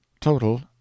total